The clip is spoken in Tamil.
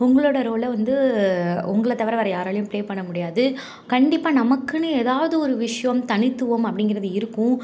உங்களோட ரோலை வந்து உங்களைத் தவிர வேற யாராலேயும் பிளே பண்ண முடியாது கண்டிப்பாக நமக்குன்னு எதாவது ஒரு விஷ்யம் தனித்துவம் அப்படிங்குறது இருக்கும்